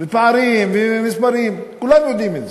ופערים ומספרים, כולם יודעים את זה,